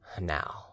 now